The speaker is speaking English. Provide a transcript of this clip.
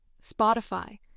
Spotify